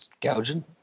gouging